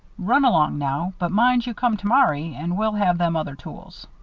run along now, but mind you come tomorry and we'll have them other tools.